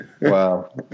Wow